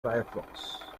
firefox